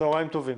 צהריים טובים.